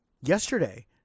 Yesterday